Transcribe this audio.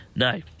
No